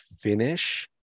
finish